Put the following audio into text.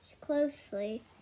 closely